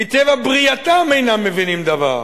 מטבע ברייתם אינם מבינים דבר,